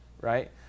right